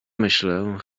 myślę